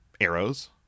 arrows